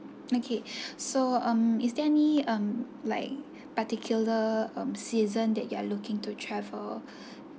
okay so um is there any um like particular um season that you are looking to travel